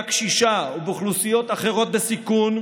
הקשישה ובאוכלוסיות אחרות בסיכון,